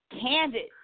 candid